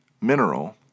mineral